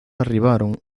arribaron